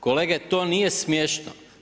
Kolege to nije smiješno.